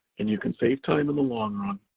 and you can save time in the long run.